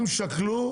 אם שקלו,